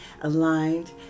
aligned